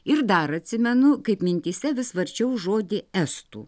ir dar atsimenu kaip mintyse vis varčiau žodį estų